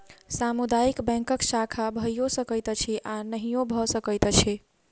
सामुदायिक बैंकक शाखा भइयो सकैत अछि आ नहियो भ सकैत अछि